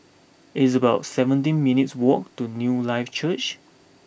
it's about seventeen minutes' walk to Newlife Church